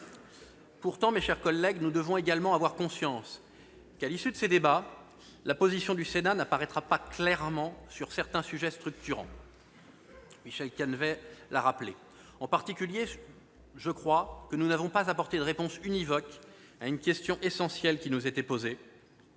Pourtant, mes chers collègues, nous devons également avoir conscience que, à l'issue de ces débats, la position du Sénat n'apparaîtra pas clairement sur certains sujets structurants, comme Michel Canevet l'a rappelé. En particulier, nous n'avons pas apporté de réponse univoque à une question essentielle qui nous était posée